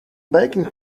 baking